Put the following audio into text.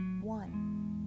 one